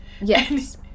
Yes